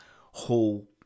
whole